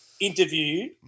interview